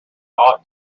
ought